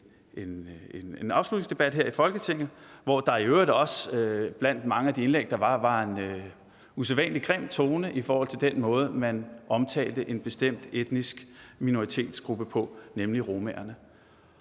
afslutningsdebat her i Folketinget, hvor der i nogle af de mange indlæg var en usædvanlig grim tone i forhold til den måde, man omtalte en bestemt etnisk minoritet på, nemlig romaerne.